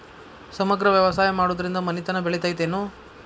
ಸಮಗ್ರ ವ್ಯವಸಾಯ ಮಾಡುದ್ರಿಂದ ಮನಿತನ ಬೇಳಿತೈತೇನು?